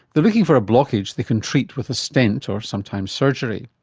they're looking for a blockage they can treat with a stent or sometimes surgery.